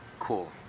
cool